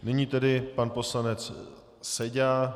Nyní tedy pan poslanec Seďa.